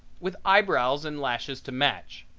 with eyebrows and lashes to match,